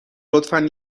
لطفا